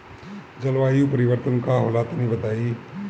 जलवायु परिवर्तन का होला तनी बताई?